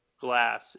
glass